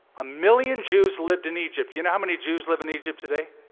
a million jews lived in egypt. you know how many jews live in egypt today?